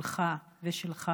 שלך ושלך,